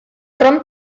rom